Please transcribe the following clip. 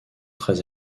très